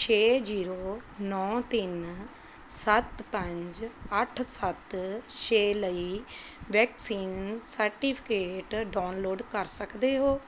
ਛੇ ਜ਼ੀਰੋ ਨੌਂ ਤਿੰਨ ਸੱਤ ਪੰਜ ਅੱਠ ਸੱਤ ਛੇ ਲਈ ਵੈਕਸੀਨ ਸਰਟੀਫਿਕੇਟ ਡਾਊਨਲੋਡ ਕਰ ਸਕਦੇ ਹੋ